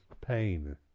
pain